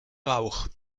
rauch